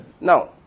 Now